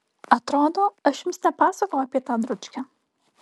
atrodo aš jums nepasakojau apie tą dručkę